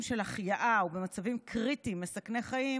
של החייאה ובמצבים קריטיים מסכני חיים,